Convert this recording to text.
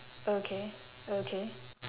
okay okay